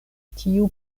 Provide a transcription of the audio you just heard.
tiu